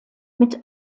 mit